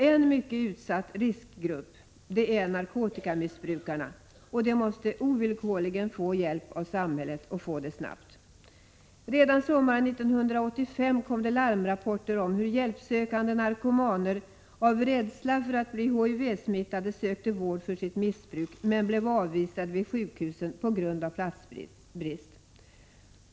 En mycket utsatt riskgrupp är narkotikamissbrukarna, och de måste ovillkorligen snabbt få hjälp av samhället. Redan sommaren 1985 kom det larmrapporter om hur hjälpsökande narkomaner av rädsla för att bli HIV-smittade sökte vård för sitt missbruk men blev avvisade vid sjukhusen på grund av platsbrist.